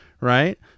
right